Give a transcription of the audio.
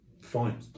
fine